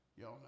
Y'all